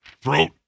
Throat